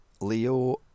leo